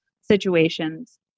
situations